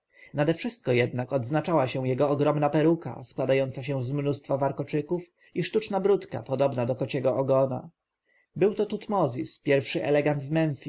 nadewszystko jednak odznaczała się jego ogromna peruka składająca się z mnóstwa warkoczyków i sztuczna bródka podobna do kociego ogona był to tutmozis pierwszy elegant w